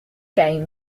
game